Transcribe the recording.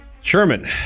Sherman